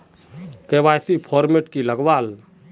KYC format की लगावल?